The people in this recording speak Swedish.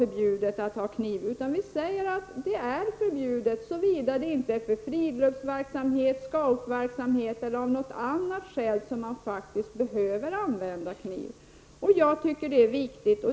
Vi säger i stället att det är förbjudet att ha kniv på sig, såvida den inte skall användas i samband med friluftsoch scoutverksamhet eller av något annat motiverat skäl.